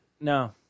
No